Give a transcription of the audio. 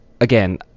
again